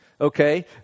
Okay